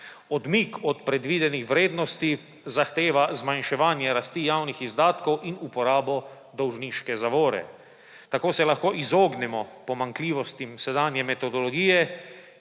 Odmik od predvidenih vrednosti zahteva zmanjševanje rasti javnih izdatkov in uporabo dolžniške zavore. Tako se lahko izognemo pomanjkljivostim sedanje metodologije